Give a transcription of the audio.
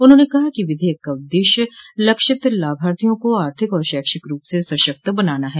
उन्होंने कहा कि विधेयक का उद्देश्य लक्षित लाभार्थियों को आर्थिक और शैक्षिक रूप से सशक्त बनाना है